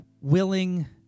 willing